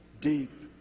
deep